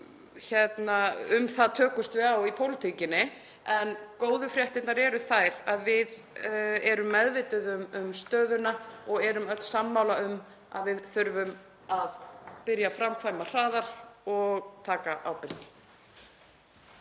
um það tökumst við á í pólitíkinni. En góðu fréttirnar eru þær að við erum meðvituð um stöðuna og erum öll sammála um að við þurfum að byrja að framkvæma hraðar og taka ábyrgð.